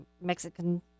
Mexican